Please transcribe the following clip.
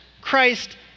Christ